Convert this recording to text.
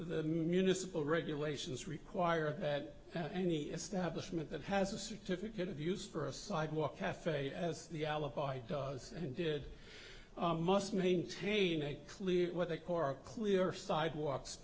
the municipal regulations require that any establishment that has a certificate of use for a sidewalk cafe as the alibi does and did must maintain a clear what the core clear sidewalk